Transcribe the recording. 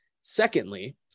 Secondly